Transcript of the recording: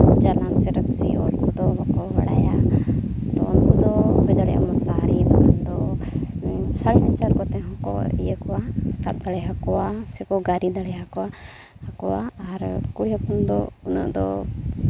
ᱡᱟᱞᱟᱢ ᱥᱮ ᱨᱟᱠᱥᱤ ᱫᱚ ᱵᱟᱲᱟᱭᱟ ᱟᱫᱚ ᱩᱱᱠᱩᱫᱚ ᱦᱩᱭ ᱫᱟᱲᱮᱭᱟᱜᱼᱟ ᱢᱚᱥᱟᱨᱤ ᱵᱟᱠᱷᱟᱱ ᱫᱚ ᱥᱟᱹᱲᱤ ᱟᱧᱪᱟᱨ ᱠᱚᱛᱮ ᱦᱚᱸᱠᱚ ᱤᱭᱟᱹ ᱠᱚᱣᱟ ᱥᱟᱵ ᱫᱟᱲᱮ ᱟᱠᱚᱣᱟ ᱥᱮᱠᱚ ᱜᱟᱹᱨᱤ ᱫᱟᱲᱮ ᱟᱠᱚᱣᱟ ᱟᱨ ᱠᱩᱲᱤ ᱦᱚᱯᱚᱱ ᱫᱚ ᱩᱱᱟᱹᱜ ᱫᱚ